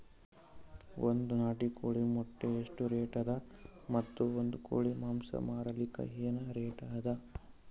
ಒಂದ್ ನಾಟಿ ಕೋಳಿ ಮೊಟ್ಟೆ ಎಷ್ಟ ರೇಟ್ ಅದ ಮತ್ತು ಒಂದ್ ಕೋಳಿ ಮಾಂಸ ಮಾರಲಿಕ ಏನ ರೇಟ್ ಅದ?